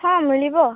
ହଁ ମିଳିବ